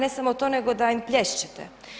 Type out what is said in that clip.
Ne samo to, nego da im plješćete.